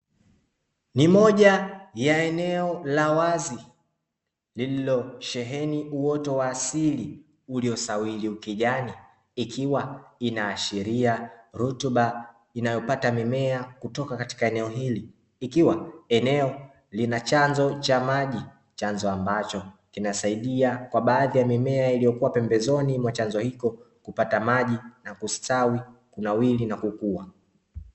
Ni moja ya eneo la wazi lililo sheheni uoto wa asili, uliosawili ukijani ikiwa inaashiria rutuba inayopata mimea kutoka katika eneo hili, ikiwa eneo Lina chanzo cha maji ; chanzo ambacho kinasaidia kwa baadhi ya mimea iliyokua pembezoni mwa chanzo hicho, kupata maji, kustawi na kunawiri na kukua.